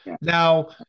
Now